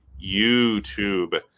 YouTube